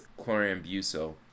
chlorambucil